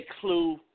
Clue